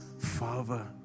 Father